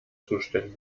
zuständig